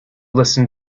listen